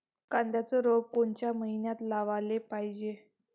कांद्याचं रोप कोनच्या मइन्यात लावाले पायजे?